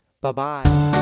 Bye-bye